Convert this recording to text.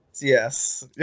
Yes